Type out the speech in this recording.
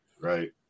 right